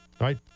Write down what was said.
right